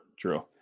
true